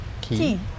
Key